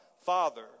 Father